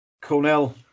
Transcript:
Cornell